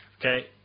Okay